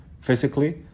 physically